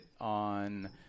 on